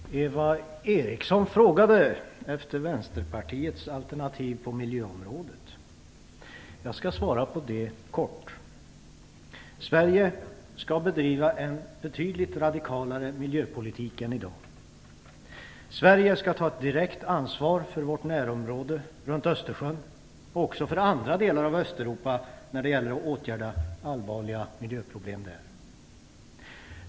Fru talman! Eva Eriksson frågade efter Vänsterpartiets alternativ på miljöområdet. Jag skall helt kort svara på det. Sverige skall bedriva en betydligt radikalare miljöpolitik än i dag. Sverige skall ta ett direkt ansvar för vårt närområde runt Östersjön och även för andra delar av Östeuropa när det gäller att åtgärda allvarliga miljöproblem där.